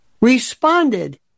responded